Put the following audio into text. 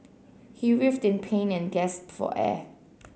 he writhed in pain and gasped for air